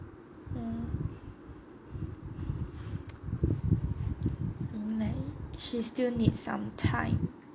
mm like she still need some time